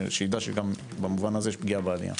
שיידע שגם במובן הזה יש פגיעה בעלייה.